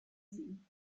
sie